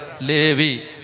Levi